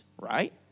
right